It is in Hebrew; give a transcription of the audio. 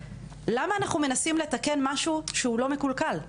למה אנחנו מנסים לתקן משהו שהוא לא מקולקל?